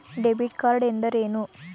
Debit card ಎಂದರೇನು?